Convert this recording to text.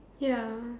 ya